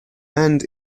and